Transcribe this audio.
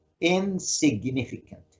insignificant